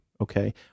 okay